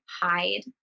hide